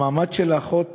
המעמד של האחות